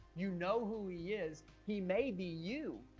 you know who he is he may be you